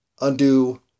undo